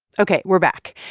ok. we're back.